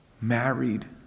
married